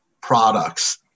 products